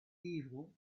evil